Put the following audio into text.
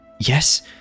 yes